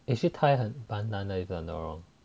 actually thai 蛮难的一个 if I'm not wrong